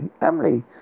Emily